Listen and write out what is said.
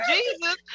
Jesus